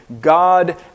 God